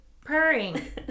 purring